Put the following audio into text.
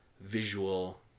visual